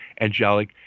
angelic